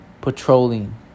patrolling